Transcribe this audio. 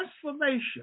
transformation